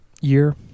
year